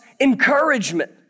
encouragement